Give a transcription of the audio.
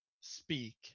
speak